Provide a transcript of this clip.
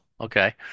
okay